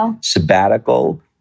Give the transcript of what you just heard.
Sabbatical